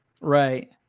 Right